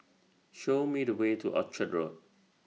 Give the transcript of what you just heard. Show Me The Way to Orchard Road